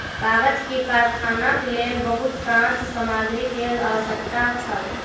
कागज के कारखानाक लेल बहुत काँच सामग्री के आवश्यकता छल